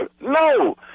No